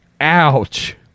Ouch